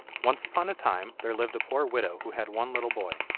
once upon a time there lived a poor widow who had one little boy.